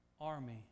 army